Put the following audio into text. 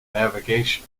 navigation